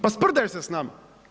Pa sprdaju se s nama.